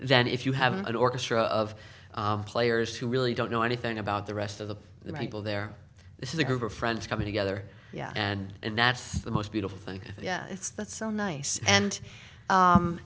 than if you have an orchestra of players who really don't know anything about the rest of the people there this is a group of friends coming together and and that's the most beautiful thing yeah it's that's so nice and